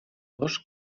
cos